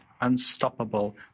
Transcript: unstoppable